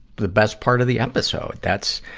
the best part of the episode. that's,